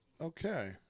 Okay